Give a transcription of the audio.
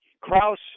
Kraus